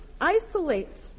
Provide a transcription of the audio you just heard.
isolates